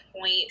point